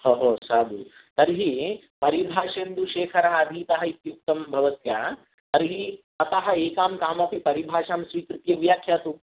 साधु तर्हि परिभाषेन्दुशेखरः अधीतः इत्युक्तं भवत्या तर्हि ततः एकां कामपि परिभाषां स्वीकृत्य व्याख्यातु